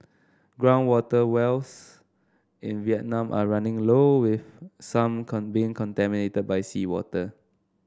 ground water wells in Vietnam are running low with some contaminated by seawater